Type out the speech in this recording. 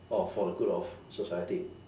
or for the good of society